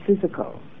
physical